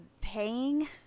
paying